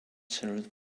served